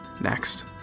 Next